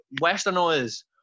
Westerners